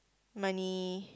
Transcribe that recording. money